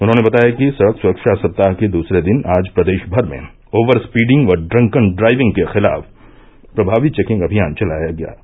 उन्होंने बताया कि सड़क सुरक्षा सप्ताह के दूसरे दिन आज प्रदेश भर में ओवर स्पीडिंग व ड्रंकन ड्राइविंग के खिलाफ प्रभावी चेकिंग अभियान चलाया जा रहा है